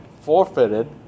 forfeited